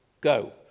go